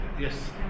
yes